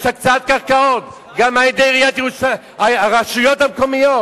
יש הקצאת קרקעות גם על-ידי הרשויות המקומיות.